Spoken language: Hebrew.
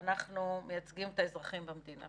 אנחנו מייצגים את האזרחים במדינה,